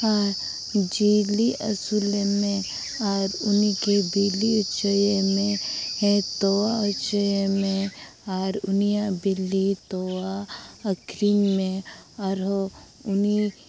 ᱟᱨ ᱡᱤᱭᱟᱹᱞᱤ ᱟᱥᱩᱞ ᱞᱮᱱ ᱱᱮ ᱟᱨ ᱩᱱᱤᱜᱮ ᱵᱤᱞᱤ ᱚᱪᱚᱭᱮᱢᱮ ᱦᱮᱸ ᱛᱚᱣᱟ ᱚᱪᱚᱭᱮᱢᱮ ᱟᱨ ᱩᱱᱤᱭᱟᱜ ᱵᱤᱞᱤ ᱛᱚᱣᱟ ᱟᱹᱠᱷᱨᱤᱧ ᱢᱮ ᱟᱨᱦᱚᱸ ᱩᱱᱤ